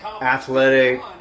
athletic